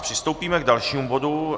Přistoupíme k dalšímu bodu.